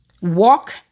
Walk